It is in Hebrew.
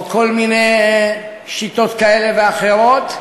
או כל מיני שיטות כאלה ואחרות,